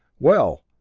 well,